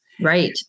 Right